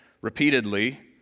repeatedly